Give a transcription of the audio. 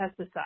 pesticide